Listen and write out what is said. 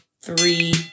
three